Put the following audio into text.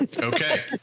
Okay